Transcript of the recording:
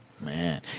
Man